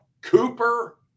Cooper